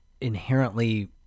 inherently